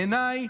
בעיניי,